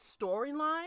storyline